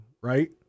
right